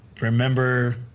remember